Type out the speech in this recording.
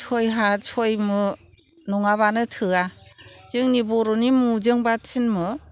सय हाथ सय मु नङाबानो थोआ जोंनि बर'नि मुजोंबा थिन मु